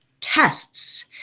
tests